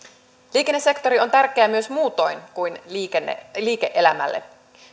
liikennesektori on tärkeä myös muutoin kuin liike elämälle